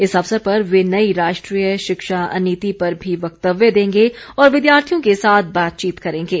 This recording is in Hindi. इस अवसर पर वे नई राष्ट्रीय शिक्षा नीति पर भी वक्तव्य देंगे और विद्यार्थियों के साथ बातचीत करेंगे